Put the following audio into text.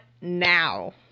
now